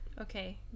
okay